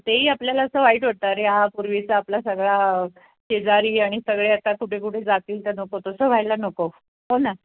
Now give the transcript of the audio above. तेही आपल्याला असं वाईट वाटतं रे हा पूर्वीचा आपला सगळा शेजारी आणि सगळे आता कुठे कुठे जाातील तर नको तसं व्हायला नको हो ना